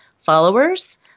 followers